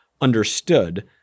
understood